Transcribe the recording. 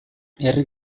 herri